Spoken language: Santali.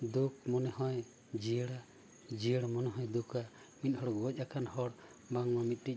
ᱫᱩᱠ ᱢᱚᱱᱮ ᱦᱚᱸᱭ ᱡᱤᱭᱟᱹᱲᱟ ᱡᱤᱭᱟᱹᱲ ᱢᱚᱱᱮ ᱦᱚᱸᱭ ᱫᱩᱠᱟ ᱢᱤᱫ ᱦᱚᱲ ᱜᱚᱡ ᱟᱠᱟᱱ ᱦᱚᱲ ᱵᱟᱝᱢᱟ ᱢᱤᱫᱴᱤᱡ